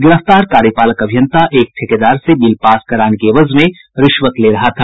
गिरफ्तार कार्यपालक अभियंता एक ठेकेदार से बिल पास कराने के एवज में रिश्वत ले रहा था